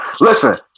listen